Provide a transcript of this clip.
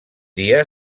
dia